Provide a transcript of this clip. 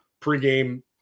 pregame